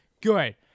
Good